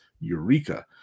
Eureka